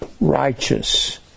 righteous